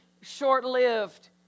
short-lived